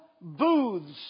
booths